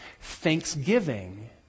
Thanksgiving